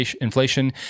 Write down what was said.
inflation